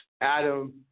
Adam